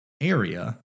area